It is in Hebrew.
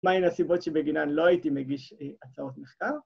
מהן הסיבות שבגינן לא הייתי מגיש הצעות מחקר?